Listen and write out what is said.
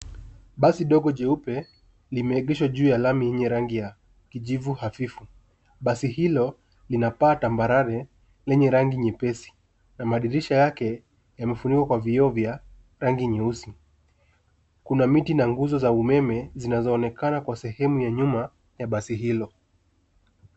Basi dogo jeupe limeegeshwa juu ya lami yenye rangi ya kijivu hafifu. Basi hilo lina paa tambarare lenye rangi nyepesi na madirisha yake yamefunikwa kwa vioo vya rangi nyeusi. Kuna miti na nguzo za umeme zinazoonekana kwa sehemu ya nyuma ya basi hilo.